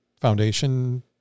foundation